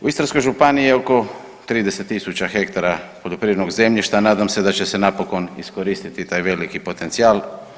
U Istarskoj županiji je oko 30.000 hektara poljoprivrednog zemljišta, a nadam se da će se napokon iskoristiti taj veliki potencijal.